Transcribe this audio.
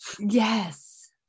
yes